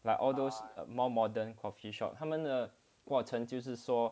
like all those more modern coffeeshop 他们的过程就是说